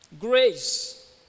grace